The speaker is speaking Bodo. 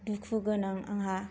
दुखुगोनां आंहा